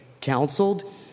counseled